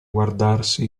guardarsi